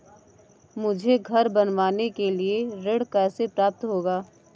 मुझे घर बनवाने के लिए ऋण कैसे प्राप्त होगा?